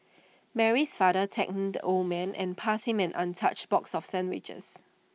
Mary's father thanked the old man and passed him an untouched box of sandwiches